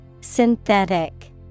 Synthetic